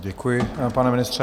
Děkuji, pane ministře.